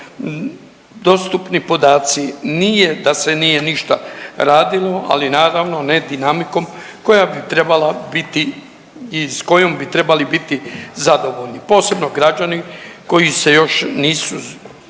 dostupni podaci, nije da se nije ništa radilo, ali naravno, ne dinamikom koja bi trebala biti i s kojom bi trebali biti zadovoljni, posebno građani koji se još nisu zbrinuli